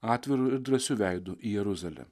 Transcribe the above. atviru ir drąsiu veidu į jeruzalę